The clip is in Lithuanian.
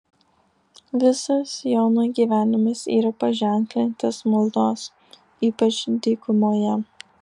visas jono gyvenimas yra paženklintas maldos ypač dykumoje